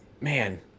Man